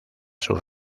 sus